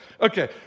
Okay